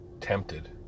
tempted